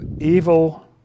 evil